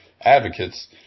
advocates